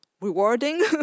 rewarding